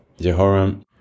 Jehoram